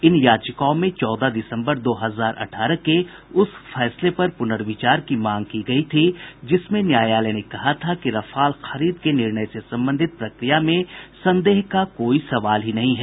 इन याचिकाओं में चौदह दिसम्बर दो हजार अठारह के उस फैसले पर पुनर्विचार की मांग की गई थी जिसमें न्यायालय ने कहा था कि रफाल खरीद के निर्णय से संबंधित प्रक्रिया में संदेह का कोई सवाल ही नहीं है